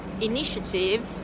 initiative